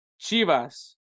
Chivas